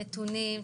נתונים,